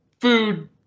food